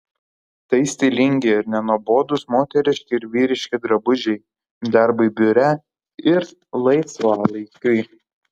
tai stilingi ir nenuobodūs moteriški ir vyriški drabužiai darbui biure ir laisvalaikiui